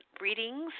readings